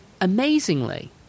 amazingly